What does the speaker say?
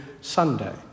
Sunday